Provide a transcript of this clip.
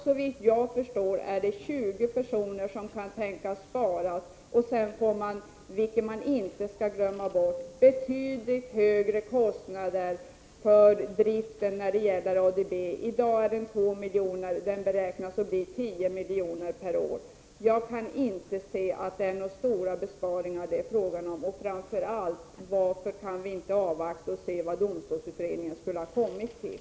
Såvitt jag förstår kan 20 personer sparas, och sedan får man — vilket man inte skall glömma bort — betydligt högre kostnader för drift av ADB. I dag är den kostnaden 2 miljoner. Den beräknas bli 10 miljoner per år. Jag kan inte se att det är fråga om några stora besparingar. Varför kan vi inte avvakta och se vad domstolsutredningen kommer fram till?